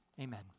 Amen